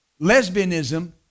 lesbianism